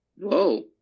Whoa